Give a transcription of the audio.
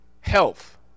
health